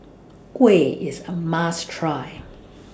Kuih IS A must Try